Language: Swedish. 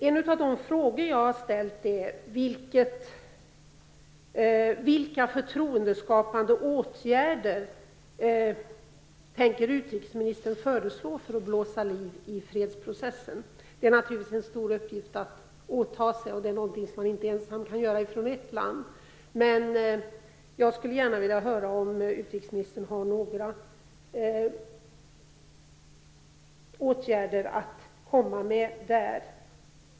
En av de frågor jag ställt är vilka förtroendeskapande åtgärder utrikesministern tänker föreslå för att blåsa liv i fredsprocessen. Det är naturligtvis en stor uppgift att åta sig, något som inte ett enda land kan göra, men jag skulle gärna vilja höra om utrikesministern har några åtgärder att komma med i det sammanhanget.